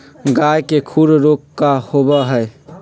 गाय के खुर रोग का होबा हई?